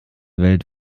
welt